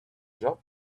job